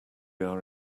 are